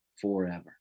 forever